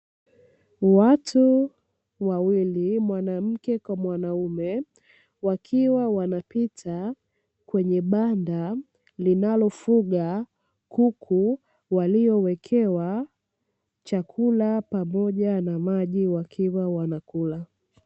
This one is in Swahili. Watu wawili (mwanamke kwa mwanaume) wakiwa wanapita kwenye banda linalofuga kuku waliowekewa chakula pamoja na maji wakiwa wanakula.